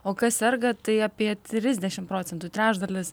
o kas serga tai apie trisdešim procentų trečdalis